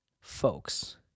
folks